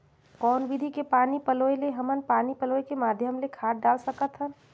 कौन विधि के पानी पलोय ले हमन पानी पलोय के माध्यम ले खाद डाल सकत हन?